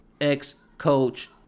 ex-coach